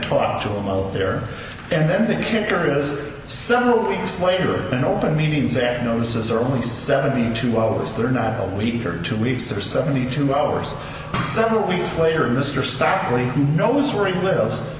talk to him over there and then the kicker is several weeks later an open means that notices are only seventy two hours they're not a week or two weeks or seventy two hours several weeks later mr stokley knows where he lives